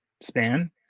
span